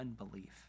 unbelief